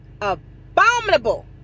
abominable